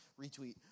retweet